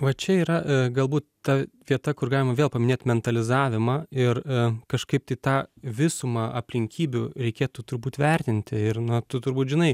va čia yra galbūt ta vieta kur galima vėl paminėt mentalizavimą ir kažkaip tai tą visumą aplinkybių reikėtų turbūt vertinti ir na tu turbūt žinai